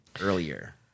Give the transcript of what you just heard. earlier